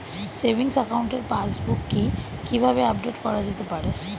Savings একাউন্টের passbook কি কিভাবে আপডেট করা যেতে পারে?